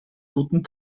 guten